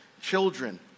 children